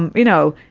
and you know,